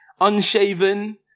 unshaven